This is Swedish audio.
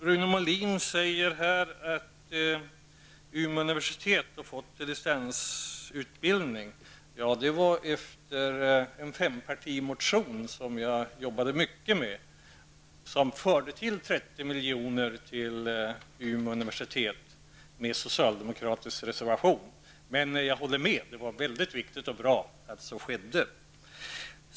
Rune Molin säger att Umeå universitet fått distansutbildning. Ja, det stämmer. Det skedde efter en fempartimotion, som jag jobbade mycket med och som tillförde Umeå universitet 30 miljoner -- dock med en reservation från socialdemokraterna. Men jag håller med om att det var mycket viktigt och bra att så skedde.